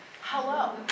Hello